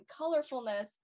colorfulness